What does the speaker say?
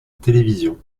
télévision